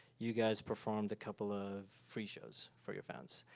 you guys performed a couple of free shows for your fans.